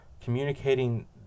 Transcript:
communicating